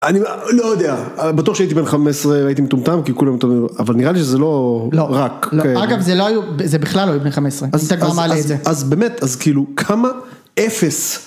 אני לא יודע, בטוח שהייתי בן 15, הייתי מטומטם, כי כולם... אבל נראה לי שזה לא... לא רק, אגב זה לא היו... זה בכלל לא היו בני 15, אם אתה כבר מעלה את זה. אז באמת, אז כאילו, כמה אפס...